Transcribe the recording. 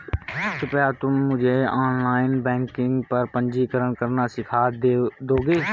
कृपया तुम मुझे ऑनलाइन बैंकिंग पर पंजीकरण करना सीख दोगे?